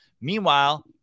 Meanwhile